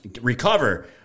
recover